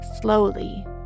Slowly